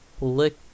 Lick